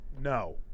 No